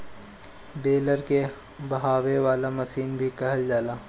baler के बहावे वाला मशीन भी कहल जाला